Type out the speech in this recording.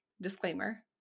Disclaimer